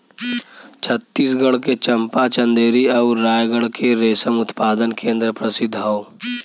छतीसगढ़ के चंपा, चंदेरी आउर रायगढ़ के रेशम उत्पादन केंद्र प्रसिद्ध हौ